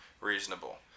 reasonable